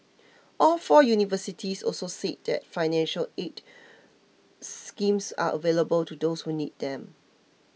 all four universities also said that financial aid schemes are available to those who need them